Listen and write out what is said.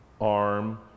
arm